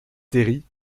terry